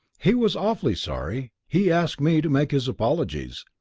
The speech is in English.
he was awfully sorry. he asked me to make his apologies.